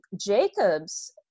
Jacobs